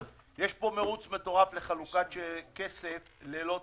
יש פה מרוץ מטורף לחלוקת כסף ללא תקציב,